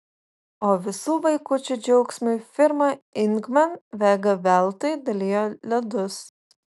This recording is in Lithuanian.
o visų vaikučių džiaugsmui firma ingman vega veltui dalijo ledus